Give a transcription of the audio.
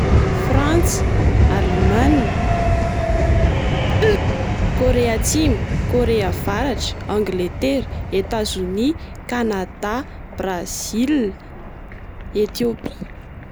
Frantsa, Allemagne, Corée atsimo, Corée avaratra ,Angletera, Etazonia, Canada, Brazil, Ethiopia Brazi-.